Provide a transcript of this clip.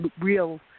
real